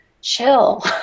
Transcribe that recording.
chill